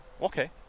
Okay